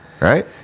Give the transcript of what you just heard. right